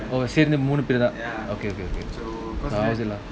oh seriously மூணுபேரா:moonupera okay okay okay செல்லம்:chellam